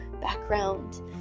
background